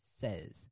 Says